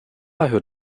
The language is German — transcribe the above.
hört